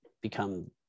become